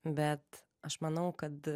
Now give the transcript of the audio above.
bet aš manau kad